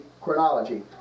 chronology